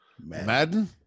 Madden